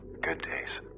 good days,